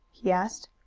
he asked.